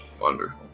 Wonder